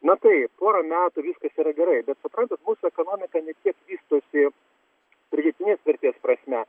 na tai porą metų viskas yra gerai suprantat mūsų ekonomika nė kiek susi pridėtinės vertės prasme